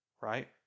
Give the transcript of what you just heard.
right